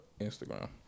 Instagram